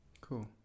cool